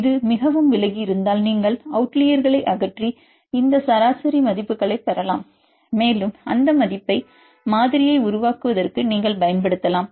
இது மிகவும் விலகியிருந்தால் நீங்கள் அவுட லீயர்ஸ்களை அகற்றி இந்த சராசரி மதிப்புகளைப் பெறலாம் மேலும் அந்த மதிப்பை மாதிரியை உருவாக்குவதற்கு நீங்கள் பயன்படுத்தலாம்